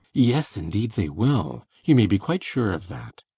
yes, indeed they will! you may be quite sure of that!